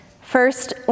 First